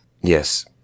Yes